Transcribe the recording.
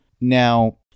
now